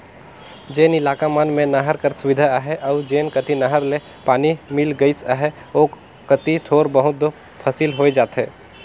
जेन इलाका मन में नहर कर सुबिधा अहे अउ जेन कती नहर ले पानी मिल गइस अहे ओ कती थोर बहुत दो फसिल होए जाथे